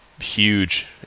huge